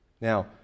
Now